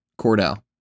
Cordell